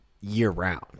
year-round